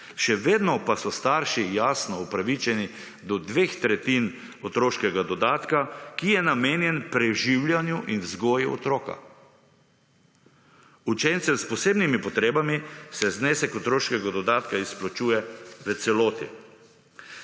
Še vedo pa so starši javno upravičeni do dveh tretjin otroškega dodatka, ki je namenjen preživljanju in vzgoji otroka. Učencem s posebnimi potrebami se znesek otroškega dodatka izplačuje v celoti.